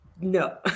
no